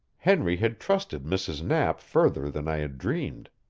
henry had trusted mrs. knapp further than i had dreamed.